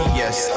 yes